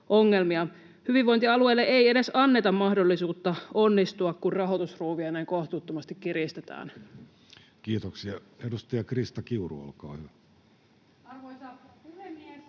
Hyvinvointialueille ei edes anneta mahdollisuutta onnistua, kun rahoitusruuvia näin kohtuuttomasti kiristetään. Kiitoksia. — Edustaja Krista Kiuru, olkaa hyvä. Arvoisa puhemies!